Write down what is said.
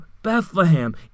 Bethlehem